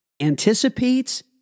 anticipates